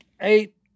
eight